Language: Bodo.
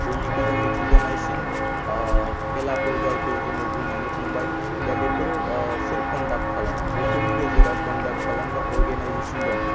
बयनिख्रुइबो मिथिजानायसिन खेलाफोर जायखौ जोङो बुंनानै थांबाय दा बेफोरखौ सोर कण्डाक्ट खालामो बेफोरनि गेजेराव कण्डाक्ट खालामग्रा अर्गेनाइजेसन दं